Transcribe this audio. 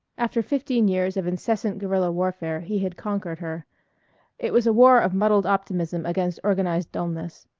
after fifteen years of incessant guerilla warfare he had conquered her it was a war of muddled optimism against organized dulness,